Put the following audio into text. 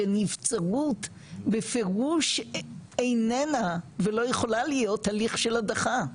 שנבצרות בפירוש איננה ולא יכולה להיות הליך של הדחה.